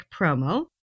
promo